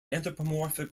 anthropomorphic